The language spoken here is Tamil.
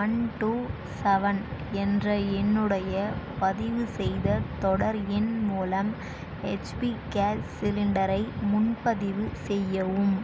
ஒன் டூ செவன் என்ற என்னுடைய பதிவுசெய்த தொடர் எண் மூலம் ஹச்பி கேஸ் சிலிண்டரை முன்பதிவு செய்யவும்